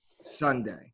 Sunday